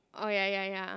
oh ya ya ya